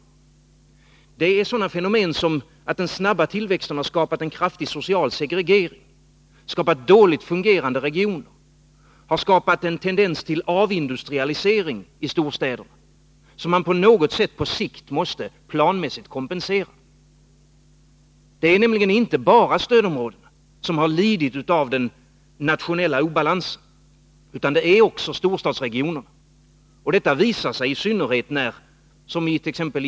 Det är sådana fenomen som att den snabba tillväxten har skapat en kraftig social segregering, dåligt fungerande regioner, en tendens till avindustrialisering i storstäderna, som man på något sätt på sikt måste planmässigt kompensera. Det är nämligen inte bara stödområdena som har lidit av den nationella obalansen, utan det har också storstadsregionerna gjort. Detta visar sig i synnerhet när —t.ex.